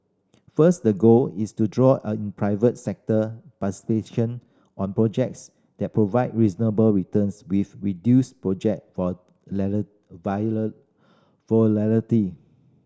first the goal is to draw an private sector participation on projects that provide reasonable returns with reduced project volatility